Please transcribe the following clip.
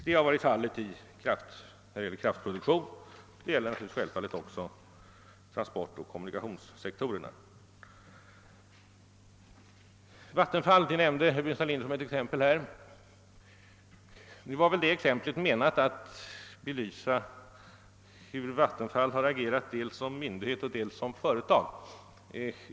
Detta har gällt kraftproduktionen, det gäller självfallet också transportoch kommunikationssektorerna. Vattenfall nämnde herr Burenstam Linder som ett exempel. Meningen med det exemplet var väl att belysa hur Vattenfall har agerat dels som myndighet, dels som företag.